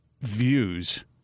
views